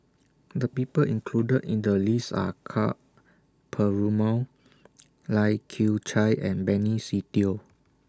The People included in The list Are Ka Perumal Lai Kew Chai and Benny Se Teo